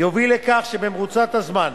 תוביל לכך שבמרוצת הזמן